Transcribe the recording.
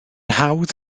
hawdd